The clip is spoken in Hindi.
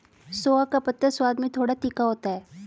सोआ का पत्ता स्वाद में थोड़ा तीखा होता है